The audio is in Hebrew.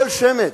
כל שמץ.